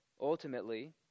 ultimately